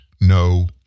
No